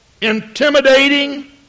intimidating